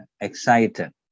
excited